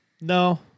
No